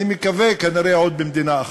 אני מקווה, כנראה, עוד במדינה אחת.